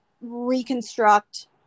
reconstruct